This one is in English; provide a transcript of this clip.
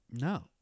No